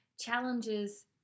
challenges